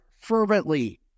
fervently